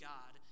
God